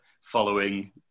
following